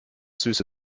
süße